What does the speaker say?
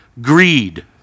Greed